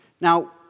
Now